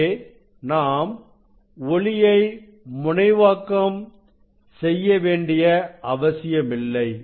இங்கே நாம் ஒளியை முனைவாக்கம் செய்யவேண்டிய அவசியமில்லை